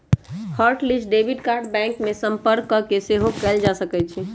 hot list debit card bank में संपर्क कऽके सेहो कएल जा सकइ छै